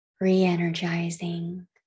Re-energizing